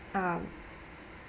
um